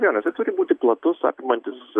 vienas tai turi būti platus apimantis